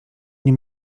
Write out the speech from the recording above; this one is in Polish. nie